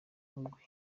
mugwi